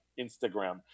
Instagram